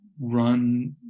run